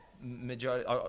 majority